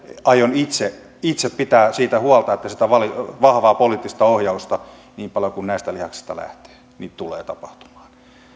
aion itse itse pitää siitä huolta että sitä vahvaa poliittista ohjausta niin paljon kuin näistä lihaksista lähtee tulee tapahtumaan